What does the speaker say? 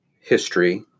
history